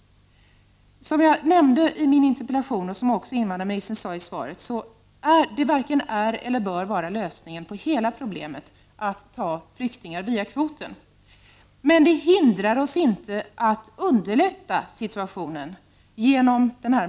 Jag nämnde i min interpellation och även invandrarministern sade i svaret att det varken är eller bör vara en lösning på hela problemet att ta flyktingar via kvoten, men det hindrar oss inte att underlätta situationen.